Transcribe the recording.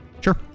Sure